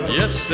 yes